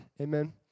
Amen